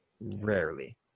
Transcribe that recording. rarely